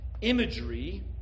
imagery